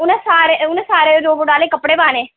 उ'नें सारें उ'नें सारें रोबोट आह्ले कपड़े पाने